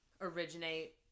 originate